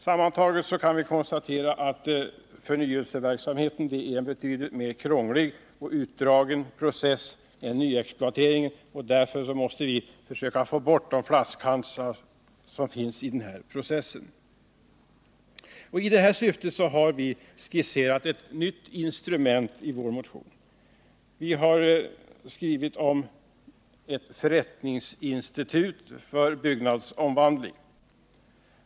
Sammantaget kan vi konstatera att förnyelseverksamheten är en betydligt krångligare och mer utdragen process än nyexploateringen. Därför måste vi försöka få bort de flaskhalsar som finns i processen. I det syftet har vi skisserat ett nytt instrument i vår motion. Vi har skrivit om ett förrättningsinstitut för byggnadsomvandling.